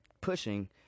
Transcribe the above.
pushing